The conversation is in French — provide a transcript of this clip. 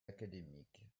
académiques